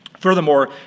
Furthermore